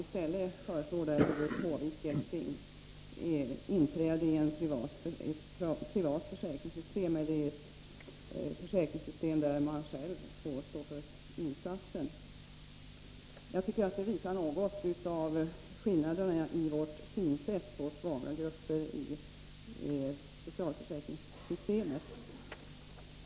I stället föreslår Doris Håvik att dessa människor skall inträda i ett privat sjukförsäkringssystem där de själva får stå för insatsen. Det tycker jag visar något av skillnaderna mellan vår och er syn på svaga gruppers ställning i socialförsäkringssystemet.